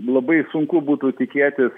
labai sunku būtų tikėtis